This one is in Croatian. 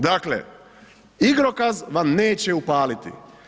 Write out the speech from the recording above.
Dakle, igrokaz vam neće upaliti.